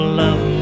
love